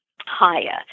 higher